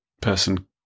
person